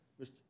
Mr